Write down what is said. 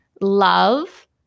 love